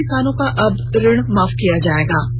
इन किसानों का अब ऋण माफ किया जायेगा